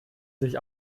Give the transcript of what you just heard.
sich